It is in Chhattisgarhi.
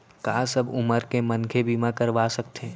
का सब उमर के मनखे बीमा करवा सकथे?